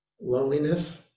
loneliness